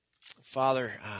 Father